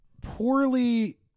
poorly